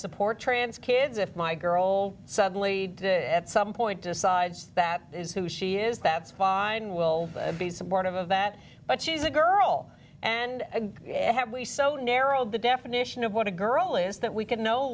support trans kids if my girl suddenly at some point decides that is who she is that's fine we'll be supportive of that but she's a girl and have we so narrowed the definition of what a girl is that we can no